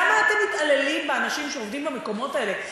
למה אתם מתעללים באנשים שעובדים במקומות האלה?